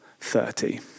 thirty